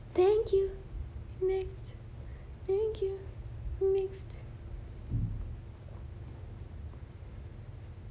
thank you next thank you next